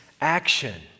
action